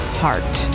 heart